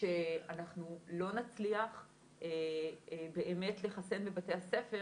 שאנחנו לא נצליח באמת לחסן בבתי הספר